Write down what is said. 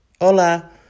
Hola